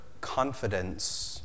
confidence